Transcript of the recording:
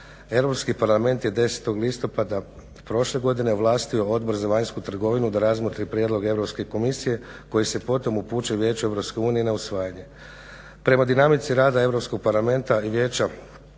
Europski parlament je 10. listopada prošle godine ovlastio Odbor za vanjsku trgovinu da razmotri prijedlog Europske komisije koji se potom upućuje Vijeću EU na usvajanje. Prema dinamici rada Europskog parlamenta i Vijeća